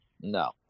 no